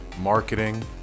marketing